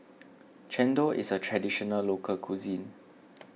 Chendol is a Traditional Local Cuisine